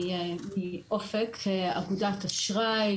אני מאופק אגודת אשראי,